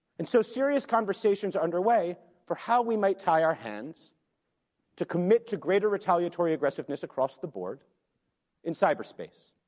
and so serious conversations are underway for how we might tie our hands to commit to greater retaliatory aggressiveness across the board in cyberspace.